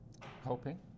hoping